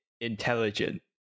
intelligent